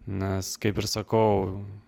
nes kaip ir sakau